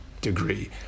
degree